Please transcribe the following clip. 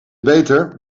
beter